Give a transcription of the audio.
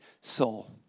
soul